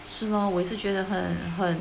是咯我是觉得很很